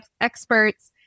experts